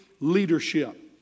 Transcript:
leadership